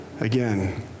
again